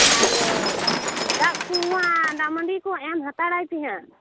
ᱟᱨ ᱫᱟᱜ ᱠᱚ ᱦᱟᱜ ᱫᱟᱜ ᱢᱟᱹᱰᱤ ᱠᱚ ᱮᱢ ᱦᱟᱛᱟᱲᱟᱭ ᱯᱮ ᱦᱟᱜ